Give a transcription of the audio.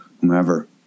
whomever